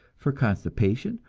for constipation,